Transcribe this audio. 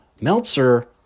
Meltzer